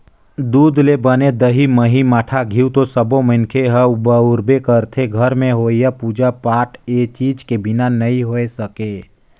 दूद ले बने दही, मही, मठा, घींव तो सब्बो मनखे ह बउरबे करथे, घर में होवईया पूजा पाठ ए चीज के बिना नइ हो सके